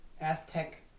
Aztec